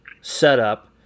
setup